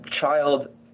child